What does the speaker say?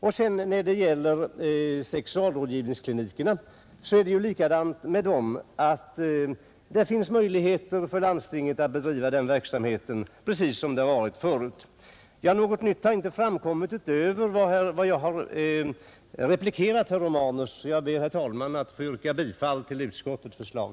När det sedan gäller sexualrådgivningsklinikerna finns det likaledes möjligheter för landstingen att bedriva denna verksamhet precis på samma sätt som förut. Ja, något nytt har inte framkommit utöver vad jag framhållit i replik till herr Romanus, och jag ber, herr talman, att få yrka bifall till utskottets förslag.